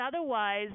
otherwise